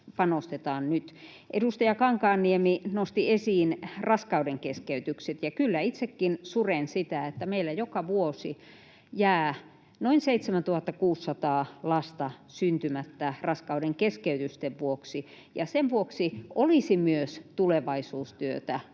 Edustaja Kankaanniemi nosti esiin raskaudenkeskeytykset, ja kyllä itsekin suren sitä, että meillä joka vuosi jää noin 7 600 lasta syntymättä raskaudenkeskeytysten vuoksi. Sen vuoksi olisi myös tulevaisuustyötä